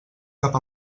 cap